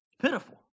Pitiful